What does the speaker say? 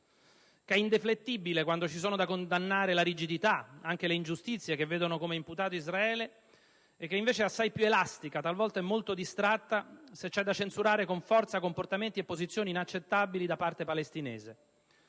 che è indeflettibile quando ci sono da condannare la rigidità e le ingiustizie che vedono come imputato Israele e che invece è assai più elastica, talvolta molto distratta, se c'è da censurare con forza comportamenti e posizioni inaccettabili da parte palestinese.